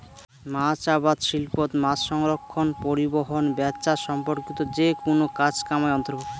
মাছ আবাদ শিল্পত মাছসংরক্ষণ, পরিবহন, ব্যাচা সম্পর্কিত যেকুনো কাজ কামাই অন্তর্ভুক্ত